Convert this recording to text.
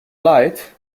light